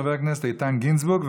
חבר הכנסת איתן גינזבורג.